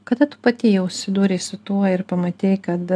kada tu pati jau susidūrei su tuo ir pamatei kad